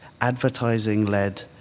advertising-led